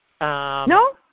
No